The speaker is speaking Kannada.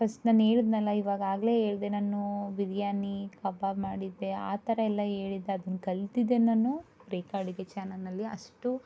ಫಸ್ಟ್ ನಾನು ಹೇಳ್ದ್ನಲ್ಲ ಇವಾಗ ಆಗಲೇ ಹೇಳ್ದೆ ನಾನು ಬಿರಿಯಾನಿ ಕಬಾಬ್ ಮಾಡಿದ್ದೆ ಆ ಥರ ಎಲ್ಲಾ ಹೇಳಿದ್ದೆ ಅದ್ನ ಕಲಿತಿದ್ದೆ ನಾನು ರೇಖಾ ಅಡುಗೆ ಚಾನಲ್ನಲ್ಲಿ ಅಷ್ಟು